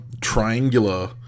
triangular